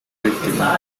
víctima